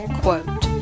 quote